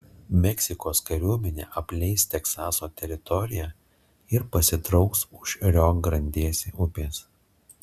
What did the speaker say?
meksikos kariuomenė apleis teksaso teritoriją ir pasitrauks už rio grandėsi upės